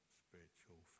spiritual